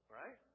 right